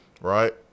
right